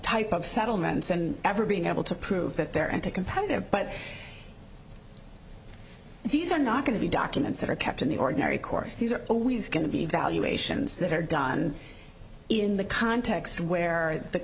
type of settlements and ever being able to prove that they're anticompetitive but these are not going to be documents that are kept in the ordinary course these are always going to be evaluations that are done in the context where the